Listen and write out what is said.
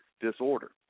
disorder